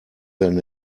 than